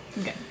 Okay